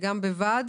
וגם בוועד